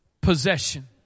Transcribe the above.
possession